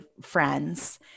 friends